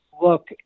look